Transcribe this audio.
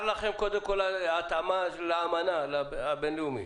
לכם קודם כול ההתאמה לאמנה הבין-לאומית.